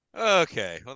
Okay